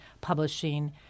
publishing